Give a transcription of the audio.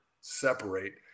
separate